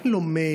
אין לו מייל.